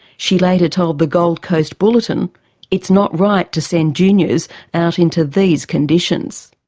she later told the gold coast bulletin it's not right to send juniors out into these conditions.